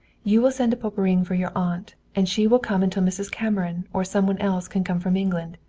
you will send to poperinghe for your aunt, and she will come until mrs. cameron or some one else can come from england.